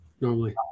normally